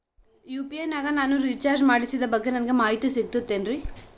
UPI ನಾಗ ನಾನು recharge ಮಾಡಿಸಿದ ಬಗ್ಗೆ ನನಗೆ ಮಾಹಿತಿ ಸಿಗುತೇನ್ರೀ?